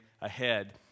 ahead